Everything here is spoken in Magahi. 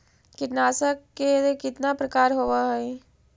कीटनाशक के कितना प्रकार होव हइ?